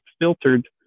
filtered